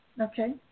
Okay